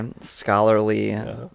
scholarly